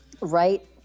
right